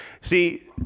See